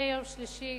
כמדי יום שלישי,